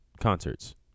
concerts